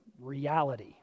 reality